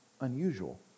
unusual